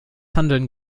handeln